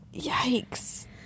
Yikes